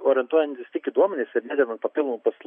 orientuojantis tik į duomenis ir nededant papildomų